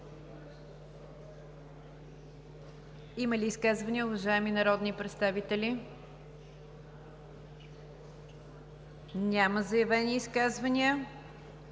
Има ли изказвания, уважаеми народни представители? Няма заявени изказвания.